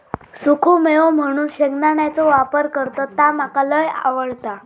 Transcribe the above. सुखो मेवो म्हणून शेंगदाण्याचो वापर करतत ता मका लय आवडता